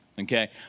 Okay